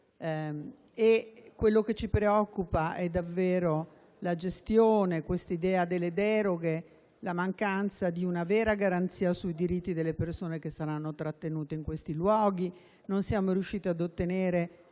Quello che ci preoccupa davvero è la gestione, l'idea delle deroghe, la mancanza di una vera garanzia sui diritti delle persone che saranno trattenute in questi luoghi. Da questo punto